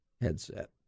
headset